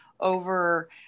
over